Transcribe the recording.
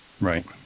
Right